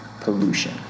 pollution